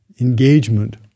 engagement